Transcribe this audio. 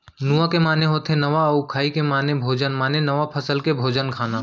नुआ के माने होथे नवा अउ खाई के माने भोजन माने नवा फसल के भोजन खाना